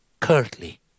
Curtly